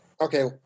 Okay